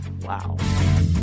Wow